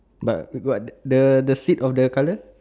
but but the the seat of the colour